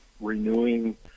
renewing